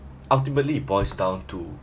ultimately it boils down to